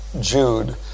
Jude